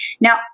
Now